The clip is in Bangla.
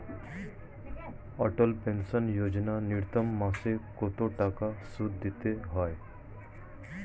অটল পেনশন যোজনা ন্যূনতম মাসে কত টাকা সুধ দিতে হয়?